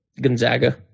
Gonzaga